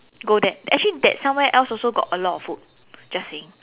go that actually that somewhere else also got a lot of food just saying